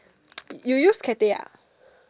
you use Cathay ah